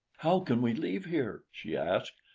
how can we leave here? she asked.